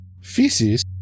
feces